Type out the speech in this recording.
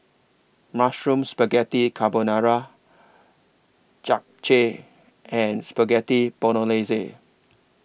Mushroom Spaghetti Carbonara Japchae and Spaghetti Bolognese